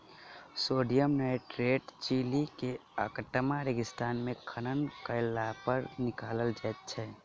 sodium nitrate Chile के Atacama रेगिस्तान मे खनन कयलापर निकालल जाइत छै